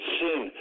sin